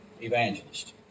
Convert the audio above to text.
evangelist